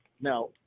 Now